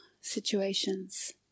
situations